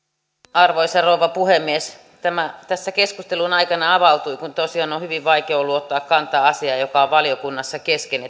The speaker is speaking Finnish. arvoisa rouva puhemies tässä keskustelun aikana avautui kun tosiaan on hyvin vaikea ollut ottaa kantaa asiaan joka on valiokunnassa kesken